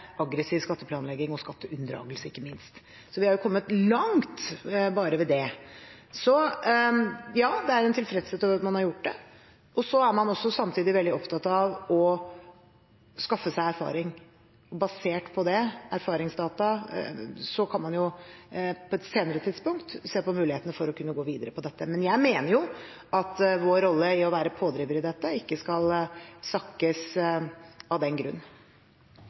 aggressiv skatteplanlegging og ikke minst skatteunndragelse. Vi har kommet langt bare med det. Ja, det er en tilfredshet over at man har gjort det. Så er man samtidig veldig opptatt av å skaffe seg erfaring. Basert på erfaringsdata kan man på et senere tidspunkt se på mulighetene for å kunne gå videre med dette. Men jeg mener at vår rolle med å være pådriver for dette ikke skal sakkes av den grunn.